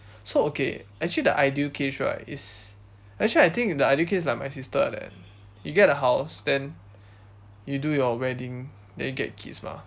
so okay actually the ideal case right is actually I think the ideal case is like my sister like that you get a house then you do your wedding then you get kids mah